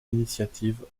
initiative